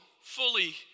fully